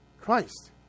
Christ